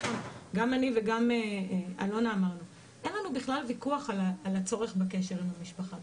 גם אני וגם אלונה אמרנו אין לנו בכלל ויכוח על הצורך בקשר עם המשפחה,